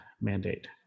mandate